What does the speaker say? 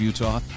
Utah